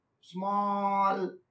small